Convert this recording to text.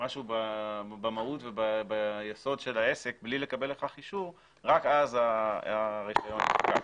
משהו במהות וביסוד של העסק בלי לקבל על כך אישור רק אז הרישיון יפקע.